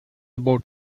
about